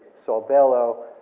saul bellow,